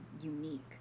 unique